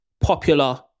popular